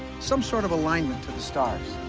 some sort of alignment to the stars.